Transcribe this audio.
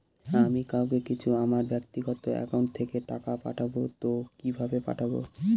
আমি কাউকে কিছু আমার ব্যাক্তিগত একাউন্ট থেকে টাকা পাঠাবো তো কিভাবে পাঠাবো?